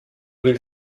will